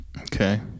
Okay